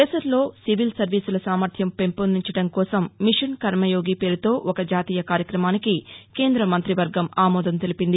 దేశంలో సివిల్ సర్వీసుల సామర్యం పెంపొందించడం కోసం మిషన్ కర్మయోగి పేరుతో ఒక జాతీయ కార్యక్రమానికి కేంద్ర మంతి వర్గం ఆమోదం తెలిపింది